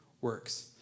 works